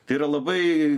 tai yra labai